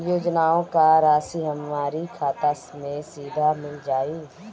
योजनाओं का राशि हमारी खाता मे सीधा मिल जाई?